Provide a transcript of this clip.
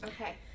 Okay